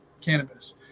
cannabis